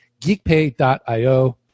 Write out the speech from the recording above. GeekPay.io